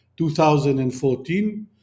2014